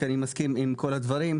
כי אני מסכים עם כל הדברים,